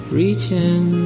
reaching